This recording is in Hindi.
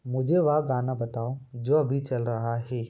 मुझे वह गाना बताओ जो अभी चल रहा है